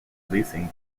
releasing